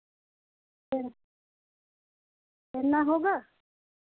फिर छेना होगा